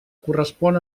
correspon